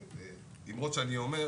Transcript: מהאמרות שאני אומר,